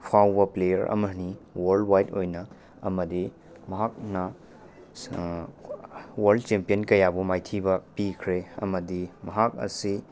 ꯐꯥꯎꯕ ꯄ꯭ꯂꯦꯌꯥꯔ ꯑꯃꯅꯤ world wide ꯑꯣꯏꯅ ꯑꯃꯗꯤ ꯃꯍꯥꯛꯅ ꯋꯥꯔꯜꯗ ꯆꯦꯝꯄꯤꯌꯟ ꯀꯌꯥꯕꯨ ꯃꯥꯏꯊꯤꯕ ꯄꯤꯈ꯭ꯔꯦ ꯑꯃꯗꯤ ꯃꯍꯥꯛ ꯑꯁꯤ